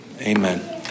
Amen